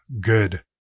good